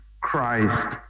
christ